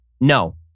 no